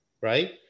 right